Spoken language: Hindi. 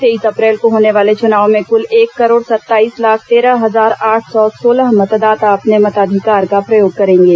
तेईस अप्रैल को होने वाले चुनाव में कुल एक करोड़ सत्ताईस लाख तेरह हजार आठ सौ सोलह मतदाता अपने मताधिकार का प्रयोग करेंगे